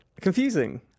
Confusing